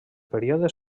període